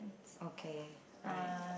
okay right